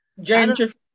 Gentrification